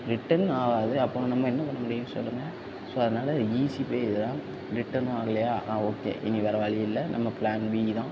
return ஆகாது அப்புறம் நம்ம என்ன பண்ண முடியும் சொல்லுங்கள் ஸோ அதனால ஈஸி வே இது தான் ரிட்டனும் ஆகலையா ஓகே இனி வேறு வழி இல்லை நம்ம ப்ளான் வீணா